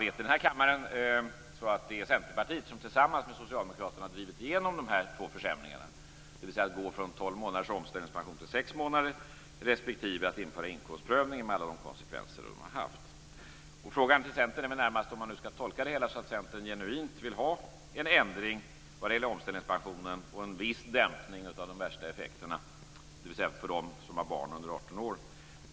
Det är ju Centerpartiet som tillsammans med Socialdemokraterna drivit igenom de här två försämringarna, dvs. från tolv månaders omtällningspension till sex månader respektive att införa en inkomstprövning med alla de konsekvenser som det har haft. Frågan till Centern är nu närmast hur man skall tolka det hela, om Centern genuint vill ha en ändring vad gäller omställningspensionen och en viss dämpning av de värsta effekterna för dem som har barn under 18 år.